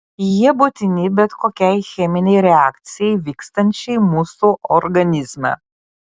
jie būtini bet kokiai cheminei reakcijai vykstančiai mūsų organizme